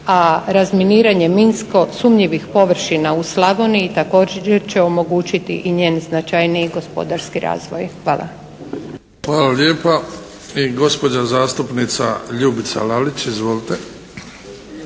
a razminiranje minsko sumnjivih površina u Slavoniji također će omogućiti i njen značajniji gospodarski razvoj. Hvala. **Bebić, Luka (HDZ)** Hvala lijepa. Gospođa zastupnica Ljubica Lalić. Izvolite.